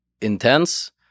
intense